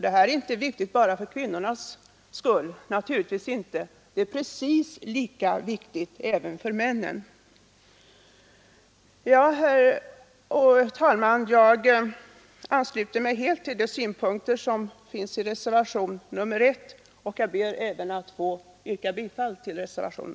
Det är viktigt inte bara för kvinnornas skull, det är precis lika viktigt för männen. Herr talman! Jag ansluter mig helt till de synpunkter som finns i reservationen 1 och ber att få yrka bifall till den.